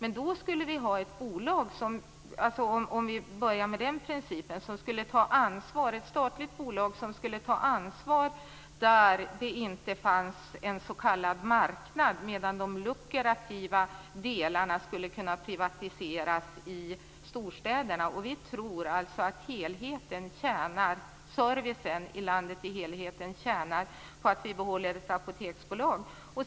Om vi börjar tillämpa den principen måste ett statligt bolag ta ansvar för verksamheten på de platser där det inte finns någon s.k. marknad, medan de lukrativa delarna av verksamheten i storstäderna skulle kunna privatiseras. Vi tror alltså att servicen i landet som helhet blir bättre om vi behåller ett apoteksbolag.